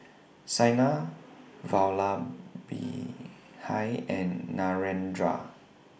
Saina Vallabhbhai and Narendra